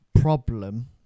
problem